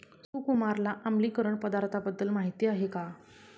सुकुमारला आम्लीकरण पदार्थांबद्दल माहिती आहे का?